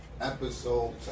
episode